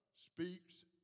speaks